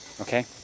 okay